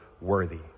worthy